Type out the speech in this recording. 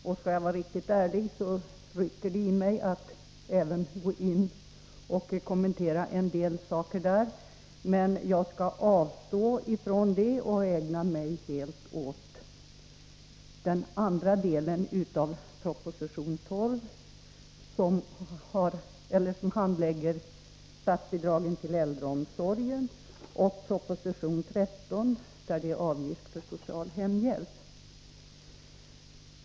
Om jag skall vara riktigt ärlig rycker det i mig att kommentera en del saker på det området, men jag skall avstå och ägna mig helt åt den andra delen i socialutskottets betänkande 12, som handlar om statsbidrag till äldreomsorgen och åt betänkande 13 om avgift för social hemhjälp.